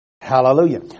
Hallelujah